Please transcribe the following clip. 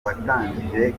watangije